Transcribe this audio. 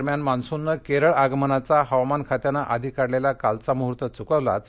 दरम्यान मान्सूननक्रिरळ आगमनाचा हवामानखात्यानक्रिधी काढलेला कालचा मुहूर्त चुकवलाच